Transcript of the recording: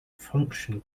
function